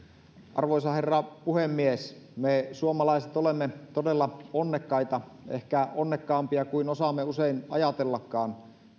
arvoisa herra puhemies me suomalaiset olemme todella onnekkaita siinä ehkä onnekkaampia kuin osaamme usein ajatellakaan